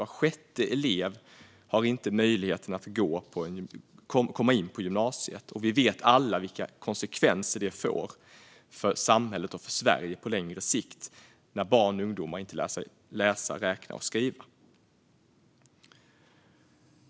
Var sjätte elev har alltså inte möjlighet att komma in på gymnasiet, och vi vet alla vilka konsekvenser det får för samhället och för Sverige på längre sikt när barn och ungdomar inte lär sig läsa, skriva och räkna.